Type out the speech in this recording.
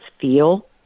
feel